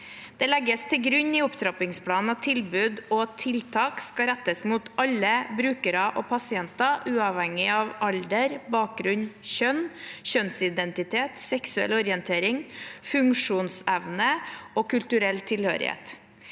Det legges til grunn i opptrappingsplanen at tilbud og tiltak skal rettes mot alle brukere og pasienter uavhengig av alder, bakgrunn, kjønn, kjønnsidentitet, seksuell orientering, funksjonsevne og kulturell tilhørighet.